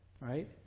right